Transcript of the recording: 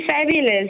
fabulous